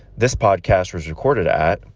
this podcast was recorded at.